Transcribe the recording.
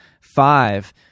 five